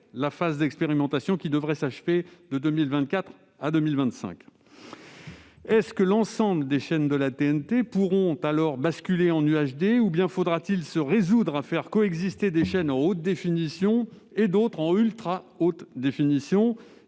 la phase d'expérimentation, qui devrait s'achever en 2024 ou 2025. L'ensemble des chaînes de la TNT pourront-elles alors basculer en UHD ? Faudra-t-il se résoudre à faire coexister des chaînes en haute définition et d'autres en ultra haute définition ?